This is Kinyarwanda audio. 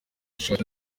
ashaka